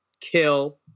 kill